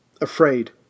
afraid